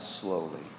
slowly